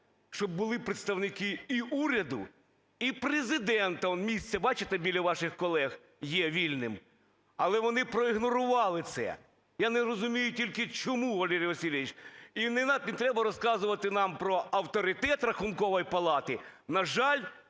щоб були представники і уряду, і Президента. Он місце, бачите, біля ваших колег є вільним. Але вони проігнорували це. Я не розумію тільки чому, Валерій Васильович. І не треба розказувати нам про авторитет Рахункової палати. На жаль,